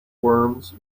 worms